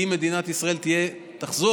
אם מדינת ישראל תחזור,